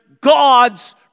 God's